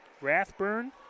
Rathburn